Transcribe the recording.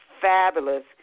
fabulous